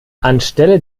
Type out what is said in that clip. anstelle